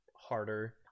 harder